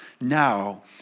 now